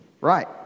Right